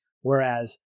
Whereas